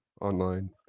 online